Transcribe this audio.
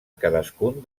cadascun